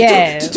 Yes